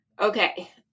Okay